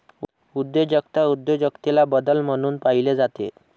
उद्योजकता उद्योजकतेला बदल म्हणून पाहिले जाते